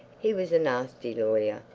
he was a nasty lawyer,